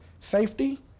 safety